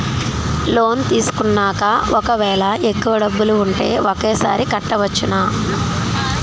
Loan తీసుకున్నాక ఒకవేళ ఎక్కువ డబ్బులు ఉంటే ఒకేసారి కట్టవచ్చున?